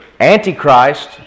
Antichrist